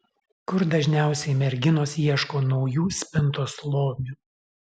kur dažniausiai merginos ieško naujų spintos lobių